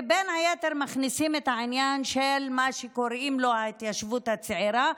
ובין היתר מכניסים את העניין של מה שקוראים לו "ההתיישבות הצעירה",